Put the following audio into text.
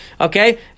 okay